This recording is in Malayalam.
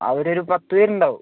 അവരൊരു പത്ത് പേരുണ്ടാകും